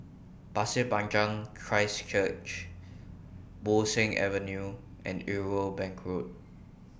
Pasir Panjang Christ Church Bo Seng Avenue and Irwell Bank Road